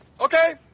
Okay